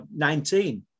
19